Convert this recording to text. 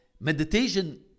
Meditation